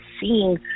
seeing